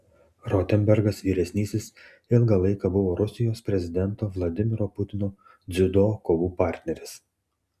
rotenbergas vyresnysis ilgą laiką buvo rusijos prezidento vladimiro putino dziudo kovų partneris